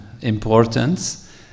importance